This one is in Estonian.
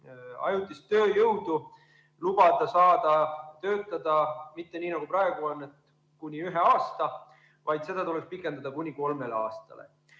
ajutisel tööjõul lubada töötada mitte nii, nagu praegu on, kuni üks aasta, vaid seda tuleks pikendada kuni kolmele aastale.